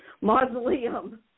Mausoleum